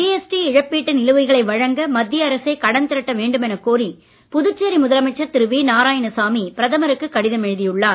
GST இழப்பீட்டு நிலுவைகளை வழங்க மத்திய அரசே கடன் திரட்ட வேண்டுமெனக் கோரி புதுச்சேரி முதலமைச்சர் திரு வி நாராயணசாமி பிரதமருக்கு கடிதம் எழுதி உள்ளார்